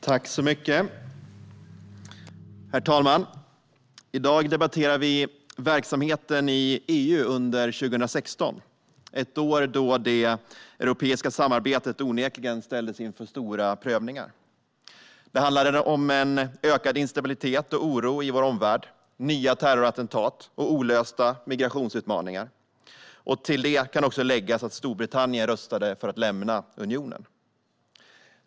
Herr talman! I dag debatterar vi verksamheten i EU under 2016 - ett år då det europeiska samarbetet onekligen ställdes inför stora prövningar. Det handlade om en ökad instabilitet och oro i vår omvärld, om nya terrorattentat och om olösta migrationsutmaningar. Till det kan också läggas att Storbritannien röstade för att lämna unionen.